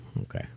Okay